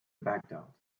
baghdad